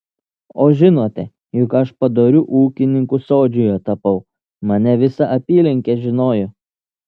o žinote juk aš padoriu ūkininku sodžiuje tapau mane visa apylinkė žinojo